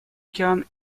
океан